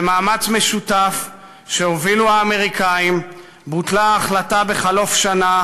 במאמץ משותף שהובילו האמריקנים בוטלה ההחלטה בחלוף שנה